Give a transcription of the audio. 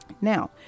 Now